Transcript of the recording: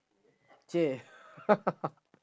!chey!